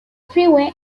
freeway